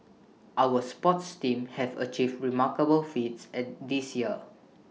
our sports teams have achieved remarkable feats and this year